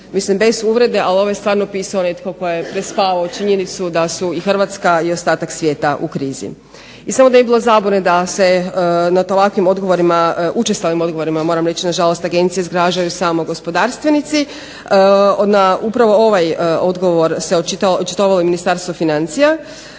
Mislim bez uvrede, ali ovo je stvarno pisao netko tko je prespavao činjenicu da su i Hrvatska i ostatak svijeta u krizu. I samo da ne bi bilo zabune da se nad ovakvim odgovorima, učestalim odgovorima moram reći na žalost agencije zgražaju samo gospodarstvenici. Na upravo ovaj odgovor se očitovalo i Ministarstvo financija.